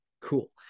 Cool